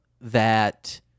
that-